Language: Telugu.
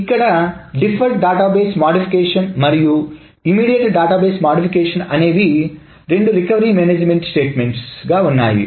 ఇక్కడ డిఫర్డ్ డేటాబేస్ మాడిఫికేషన్ పథకం మరియు తక్షణ డేటాబేస్ సవరణ అనేవి రెండు రికవరీ మేనేజ్మెంట్ సిస్టమ్స్ అ ఉన్నాయి